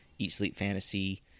EatSleepFantasy